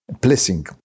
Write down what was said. blessing